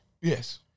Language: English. Yes